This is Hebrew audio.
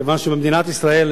כיוון שבמדינת ישראל,